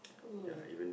um